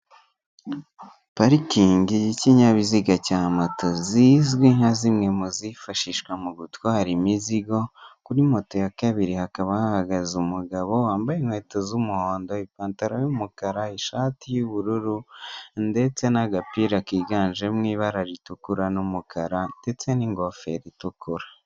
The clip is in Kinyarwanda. Parikingi y'ikinyabiziga cya moto zizwi nka zimwe mu zifashishwa mu gutwara imizigo, kuri moto ya kabiri hakaba hahagaze umugabo wambaye inkweto z'umuhondo, ipantaro yumukara, ishati y'ubururu ndetse n'agapira kiganjemo ibara ritukura n'umukara ndetse n'ingofero itukura.